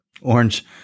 Orange